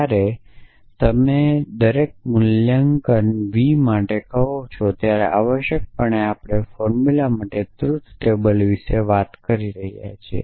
જ્યારે તમે દરેક મૂલ્યાંકન v માટે કહો છો ત્યારે આવશ્યકપણે આપણે ફોર્મુલા માટે ટ્રુથ ટેબલ વિશે વાત કરી રહ્યા છીએ